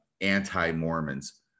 anti-Mormons